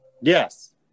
Yes